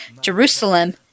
Jerusalem